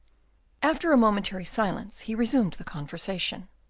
after a momentary silence, he resumed the conversation.